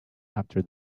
after